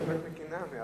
זה מקנאה.